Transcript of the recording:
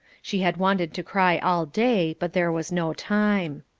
she had wanted to cry all day, but there was no time.